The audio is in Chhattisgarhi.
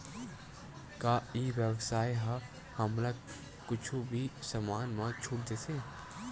का ई व्यवसाय ह हमला कुछु भी समान मा छुट देथे?